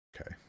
okay